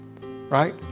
right